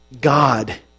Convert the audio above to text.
God